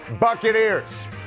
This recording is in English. Buccaneers